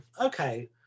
okay